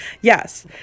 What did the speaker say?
Yes